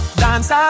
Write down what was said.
dance